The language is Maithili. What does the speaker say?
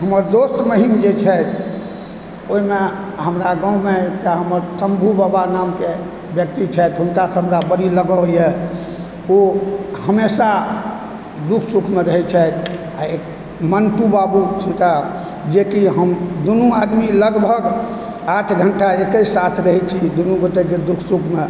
हमर दोस्त महीम जे छथि ओहिमे हमरा गाँवमे एकटा हमरा शम्भु बाबा नामके व्यक्ति छथि हुनकासँ हमरा बड़ी लगावए ओ हमेशा दुख सुखमे रहै छथि आ एकटा मन्टु बाबू छिका जेकि दुनु हम आदमी लगभग आठ घण्टा एकै साथ रहै छी दुनु गोटेके दुख सुखमे